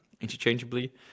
interchangeably